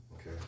Okay